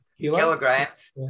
kilograms